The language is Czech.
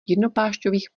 jednoplášťových